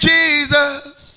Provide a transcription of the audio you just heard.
Jesus